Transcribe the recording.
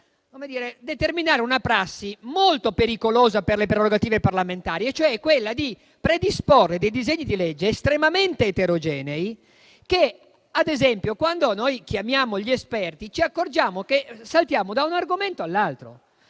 sta per determinare una prassi molto pericolosa per le prerogative parlamentari, e cioè quella di predisporre dei disegni di legge estremamente eterogenei. Ad esempio, quando audiamo gli esperti, ci accorgiamo che saltiamo da un argomento all'altro.